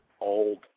old